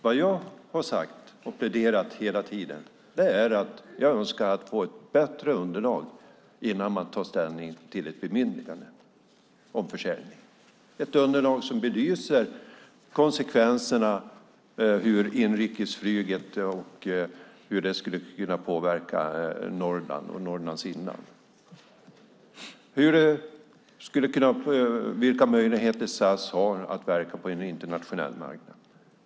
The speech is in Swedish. Vad jag hela tiden har sagt är att jag önskar ett bättre underlag innan man tar ställning till ett bemyndigande om försäljning, ett underlag som belyser konsekvenserna för inrikesflyget, hur detta skulle kunna påverka Norrland och Norrlands inland och vilka möjligheter SAS har att verka på en internationell marknad.